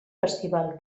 festival